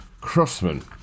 crossman